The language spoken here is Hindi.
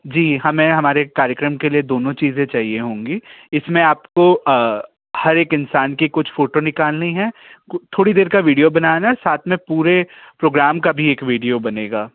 जी हमें हमारे कार्यक्रम के लिए दोनों चीज़ें चाहिए होंगी इस में आपको हर एक इंसान की कुछ फ़ोटो निकालनी है थोड़ी देर का वीडियो बनाना है साथ में पूरे प्रोग्राम का भी एक वीडियो बनेगा